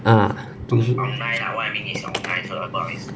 ah 读书